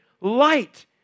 light